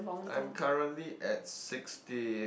I'm currently at sixty